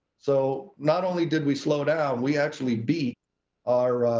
so. not only did we slow down, we actually beat our,